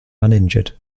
uninjured